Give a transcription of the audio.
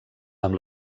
amb